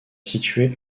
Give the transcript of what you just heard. située